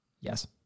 Yes